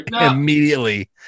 Immediately